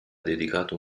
dedicato